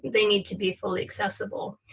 they need to be fully accessible.